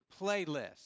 Playlist